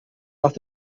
nach